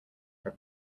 have